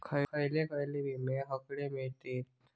खयले खयले विमे हकडे मिळतीत?